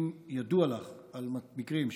אם ידוע לך על מקרים שבהם,